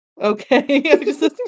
Okay